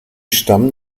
stammen